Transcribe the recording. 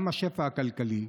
גם השפע הכלכלי,